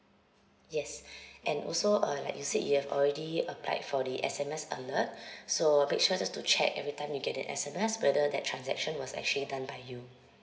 yes and also uh like you said you have already applied for the S_M_S alert so make sure just to check every time you get an S_M_S whether that transaction was actually done by you